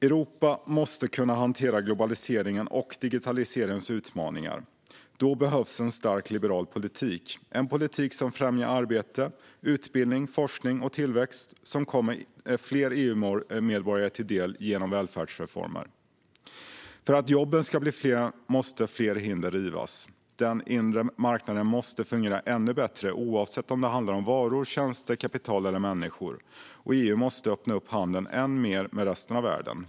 Europa måste kunna hantera globaliseringens och digitaliseringens utmaningar. Då behövs en stark liberal politik, en politik som främjar arbete, utbildning, forskning och tillväxt som kommer fler EU-medborgare till del genom välfärdsreformer. För att jobben ska bli fler måste fler hinder rivas. Den inre marknaden måste fungera ännu bättre, oavsett om det handlar om varor, tjänster, kapital eller människor. EU måste öppna handeln än mer med resten av världen.